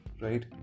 right